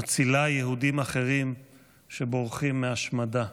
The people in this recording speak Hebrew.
מצילה יהודים אחרים שבורחים מהשמדה?